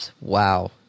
Wow